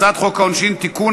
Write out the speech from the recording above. הצעת חוק העונשין (תיקון,